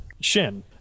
shin